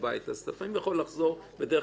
אתה לפעמים יכול לחזור בדרך כזאת,